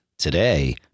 Today